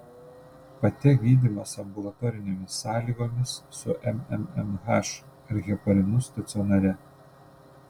pate gydymas ambulatorinėmis sąlygomis su mmmh ar heparinu stacionare